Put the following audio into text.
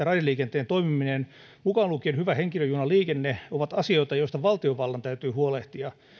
raideliikenteen toimiminen mukaan lukien hyvä henkilöjunaliikenne ovat asioita joista valtiovallan täytyy huolehtia